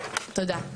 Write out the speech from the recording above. תודה.